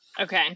Okay